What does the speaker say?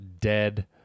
dead